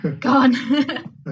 Gone